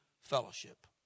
fellowship